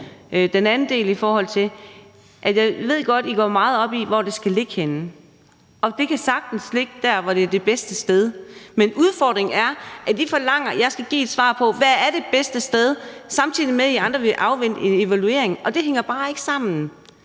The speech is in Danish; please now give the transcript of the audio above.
den anden del: Jeg ved godt, at I går meget op i, hvor det skal ligge henne, og det kan sagtens ligge der, hvor det er det bedste sted, men udfordringen er, at I forlanger, at jeg skal give et svar på, hvad det bedste sted er, samtidig med at I andre vil afvente en evaluering, og det hænger bare ikke sammen.